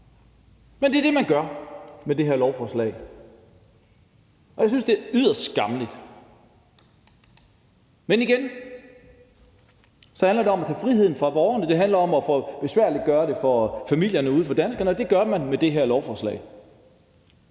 Men det er det, man gør med det her lovforslag, og jeg synes, det er yderst skammeligt. Men det handler igen om at tage frihed fra borgerne. Det handler om at besværliggøre det for de danske familier, og det gør man med det her lovforslag.